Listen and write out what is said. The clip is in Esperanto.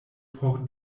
por